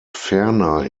ferner